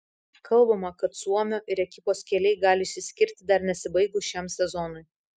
kalbama kad suomio ir ekipos keliai gali išsiskirti dar nesibaigus šiam sezonui